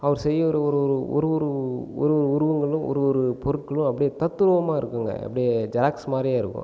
அவர் செய்கிற ஒரு ஒரு ஒரு ஒரு ஒரு உருவங்களும் ஒரு ஒரு பொருட்களும் அப்படியே தத்துரூபமாக இருக்குமுங்க அப்படியே ஜெராக்ஸ் மாதிரியே இருக்கும்